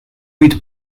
with